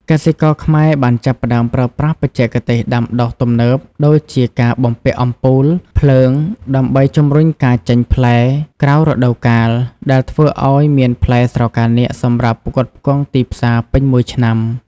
កសិករខ្មែរបានចាប់ផ្ដើមប្រើប្រាស់បច្ចេកទេសដាំដុះទំនើប ដូចជាការបំពាក់អំពូលភ្លើងដើម្បីជំរុញការចេញផ្លែក្រៅរដូវកាល ដែលធ្វើឱ្យមានផ្លែស្រកានាគសម្រាប់ផ្គត់ផ្គង់ទីផ្សារពេញមួយឆ្នាំ។